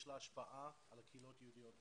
יש לו השפעה על הקהילות היהודיות בעולם.